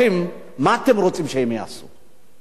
אני פשוט שואל שאלה פשוטה: